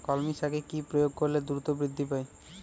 কলমি শাকে কি প্রয়োগ করলে দ্রুত বৃদ্ধি পায়?